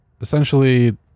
essentially